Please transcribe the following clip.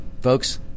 folks